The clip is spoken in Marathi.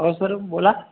हो सर बोला